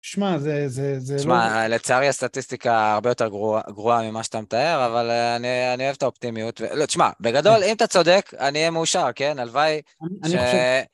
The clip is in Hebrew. שמע, זה לא... שמע, לצערי הסטטיסטיקה הרבה יותר גרועה ממה שאתה מתאר, אבל אני אוהב את האופטימיות. לא, שמע, בגדול, אם אתה צודק, אני אהיה מאושר, כן? הלוואי, ש...